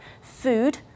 food